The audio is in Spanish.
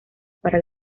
para